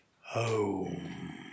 home